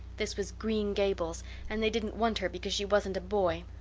this was green gables and they didn't want her because she wasn't a boy!